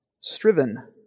striven